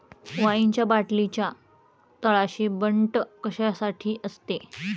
वाईनच्या बाटलीच्या तळाशी बंट कशासाठी असते?